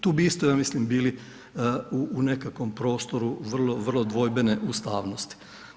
Tu bi isto ja mislim bili u nekakvom prostoru vrlo, vrlo dvojbene ustavnosti.